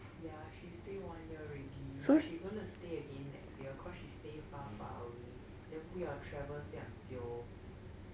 ya she stay one year already but she gonna stay again next year cause she stay far far away then 不要 travel 将久